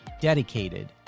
dedicated